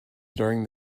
during